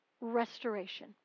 restoration